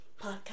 podcast